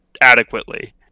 adequately